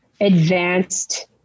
advanced